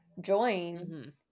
join